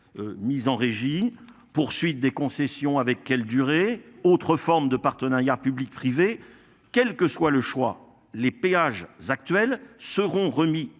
Mise en régie, poursuite des concessions avec quelle durée. Autre forme de partenariat public-privé. Quel que soit le choix, les péages actuels seront remis